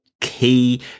key